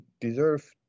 deserve